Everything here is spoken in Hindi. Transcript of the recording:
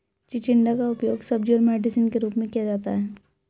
चिचिण्डा का उपयोग सब्जी और मेडिसिन के रूप में किया जाता है